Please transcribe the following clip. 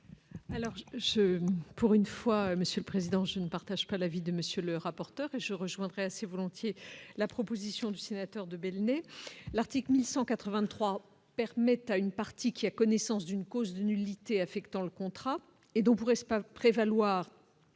je, pour une fois, monsieur le président, je ne partage pas l'avis de monsieur le rapporteur, je rejoindrai assez volontiers la proposition du sénateur de né. L'article 1183 permet à une partie qui a connaissance d'une cause de nullité affectant le contrat et dont pourrait s'par prévaloir